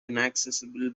inaccessible